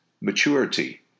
maturity